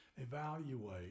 evaluate